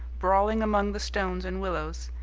brawling among the stones and willows,